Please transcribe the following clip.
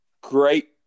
Great